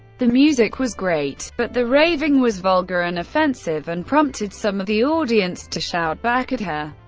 the music was great, but the raving was vulgar and offensive, and prompted some of the audience to shout back at her.